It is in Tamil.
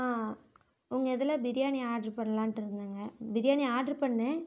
உங்க இதில் பிரியாணி ஆட்ரு பண்ணலான்ட்டு இருந்தங்க பிரியாணி ஆட்ரு பண்ணேன்